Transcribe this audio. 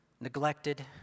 neglected